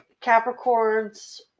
Capricorn's